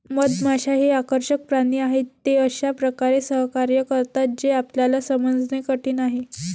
मधमाश्या हे आकर्षक प्राणी आहेत, ते अशा प्रकारे सहकार्य करतात जे आपल्याला समजणे कठीण आहे